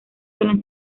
suelen